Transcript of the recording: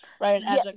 right